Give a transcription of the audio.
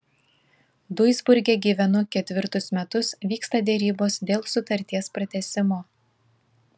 duisburge gyvenu ketvirtus metus vyksta derybos dėl sutarties pratęsimo